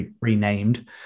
renamed